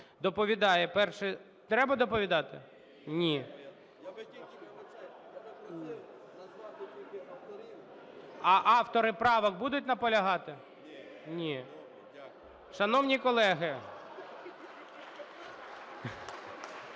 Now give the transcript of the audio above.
Доповідає перший... Треба доповідати? Ні. А автори правок будуть наполягати? Ні. (Шум у залі)